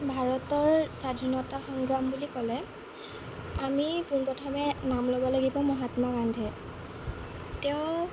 ভাৰতৰ স্বাধীনতা সংগ্ৰাম বুলি ক'লে আমি পোনপ্ৰথমে নাম ল'ব লাগিব মহাত্মা গান্ধী তেওঁ